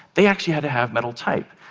they actually had to have metal type.